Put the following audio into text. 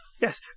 Yes